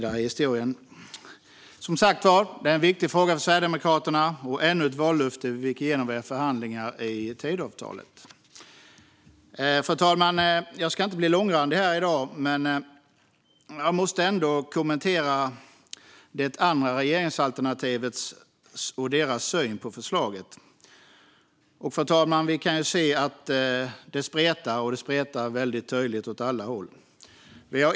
A-kassan är alltså en viktig fråga för Sverigedemokraterna, och detta är ännu ett vallöfte vi fick igenom via förhandlingar i Tidöavtalet. Fru talman! Jag ska inte bli långrandig här i dag, men jag måste ändå kommentera det andra regeringsalternativet och deras syn på förslaget. Vi kan se att det spretar, och det spretar väldigt tydligt, åt alla håll.